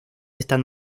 están